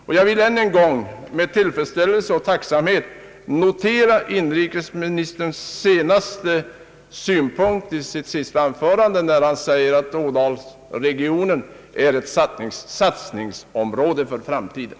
Slutligen vill jag än en gång med tillfredsställelse och tacksamhet notera inrikesministerns uttalande i det senaste anförandet, då han sade att Ådalsregionen är ett satsningsområde för framtiden.